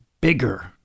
bigger